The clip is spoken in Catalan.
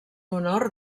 honor